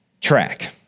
track